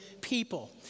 people